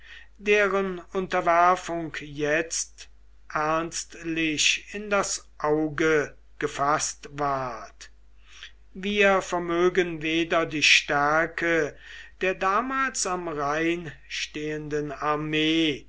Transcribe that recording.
deren unterwerfung jetzt ernstlich in das auge gefaßt ward wir vermögen weder die stärke der damals am rhein stehenden armee